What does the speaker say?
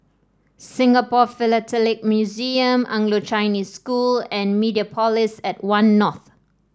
Singapore Philatelic Museum Anglo Chinese School and Mediapolis at One North